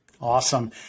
Awesome